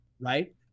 Right